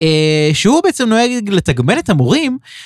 שהוא בעצם נוהג לתגמל את המורים.